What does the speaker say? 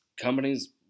companies